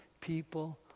people